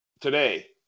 today